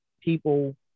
people